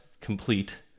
complete